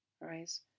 right